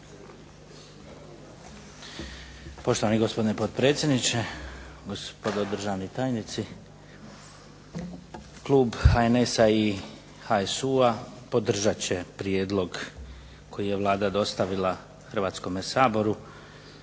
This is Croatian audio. Poštovani gospodine potpredsjedniče, gospodo državni tajnici. Klub HNS-a i HSU-a podržat će prijedlog koji je Vlada dostavila Hrvatskome saboru,